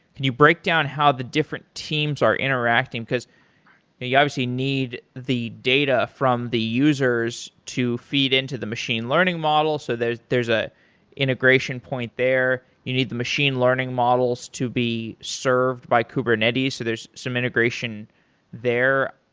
can you break down how the different teams are interacting? because you obviously need the data from the users to feed into the machine learning model, so there's an ah integration point there. you need the machine learning models to be served by kubernetes, so there's some integration there.